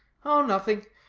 oh, nothing!